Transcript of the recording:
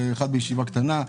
ואחד בישיבה קטנה,